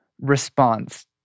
response